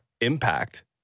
impact